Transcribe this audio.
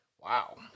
Wow